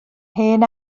hen